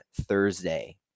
Thursday